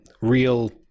real